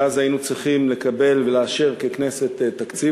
שאז היינו צריכים לקבל ולאשר ככנסת תקציב,